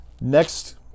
Next